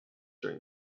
during